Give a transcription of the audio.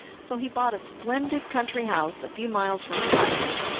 so he bought a splendid country house a few miles from the capital,